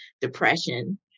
depression